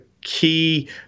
key